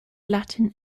latin